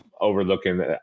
overlooking